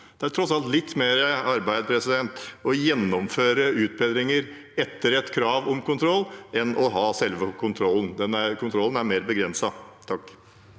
Det er tross alt litt mer arbeid å gjennomføre utbedringer etter et krav om kontroll enn å ha selve kontrollen, kontrollen er mer begrenset.